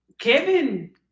Kevin